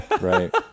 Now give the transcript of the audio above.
Right